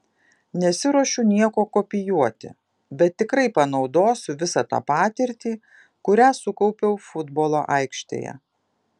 nesiruošiu nieko kopijuoti bet tikrai panaudosiu visą tą patirtį kurią sukaupiau futbolo aikštėje